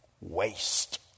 waste